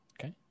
Okay